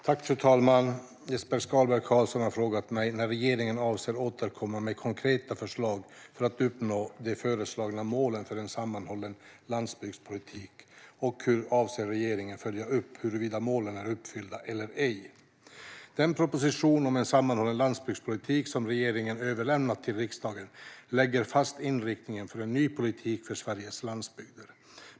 Fru talman! har frågat mig när regeringen avser att återkomma med konkreta förslag för att uppnå de föreslagna målen för en sammanhållen landsbygdspolitik och hur regeringen avser att följa upp huruvida målen är uppfyllda eller ej. Den proposition om en sammanhållen landsbygdspolitik som regeringen överlämnat till riksdagen lägger fast inriktningen för en ny politik för Sveriges landsbygder.